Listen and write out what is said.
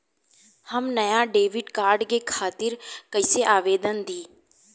हम नया debit card के खातिर कइसे आवेदन दीं?